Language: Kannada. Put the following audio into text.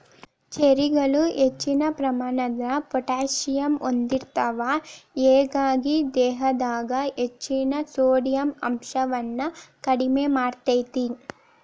ಚೆರ್ರಿಗಳು ಹೆಚ್ಚಿನ ಪ್ರಮಾಣದ ಪೊಟ್ಯಾಸಿಯಮ್ ಹೊಂದಿರ್ತಾವ, ಹೇಗಾಗಿ ದೇಹದಾಗ ಹೆಚ್ಚಿನ ಸೋಡಿಯಂ ಅಂಶವನ್ನ ಕಡಿಮಿ ಮಾಡ್ತೆತಿ